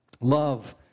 Love